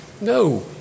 No